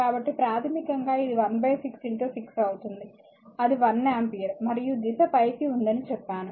కాబట్టి ప్రాథమికంగా ఇది 16 6 అవుతుంది అది 1 ఆంపియర్ మరియు దిశ పైకి ఉందని చెప్పాను